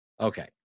Okay